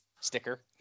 sticker